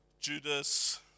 Judas